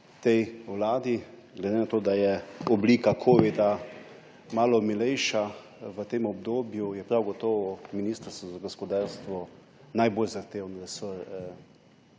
vladi. Glede na to da je oblika covida malo milejša v tem obdobju, je prav gotovo Ministrstvo za gospodarstvo najbolj zahteven resor